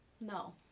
No